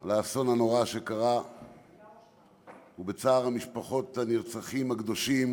על האסון הנורא שקרה ובצער משפחות הנרצחים הקדושים